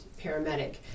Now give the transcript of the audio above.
paramedic